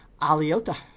aliota